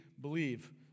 believe